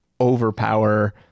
overpower